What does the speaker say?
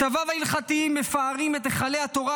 כתביו ההלכתיים מפארים את היכלי התורה